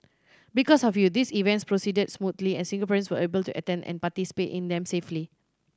because of you these events proceeded smoothly and Singaporeans were able to attend and participate in them safely